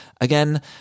Again